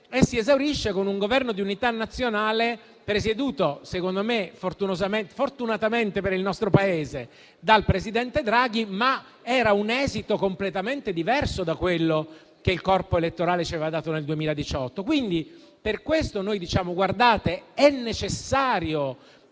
e si esaurisce con un Governo di unità nazionale presieduto - secondo me fortunatamente per il nostro Paese - dal presidente Draghi: un esito completamente diverso da quello che il corpo elettorale ci aveva dato nel 2018. Per questo noi diciamo che è necessario